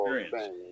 experience